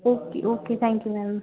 okay okay thank you ma'am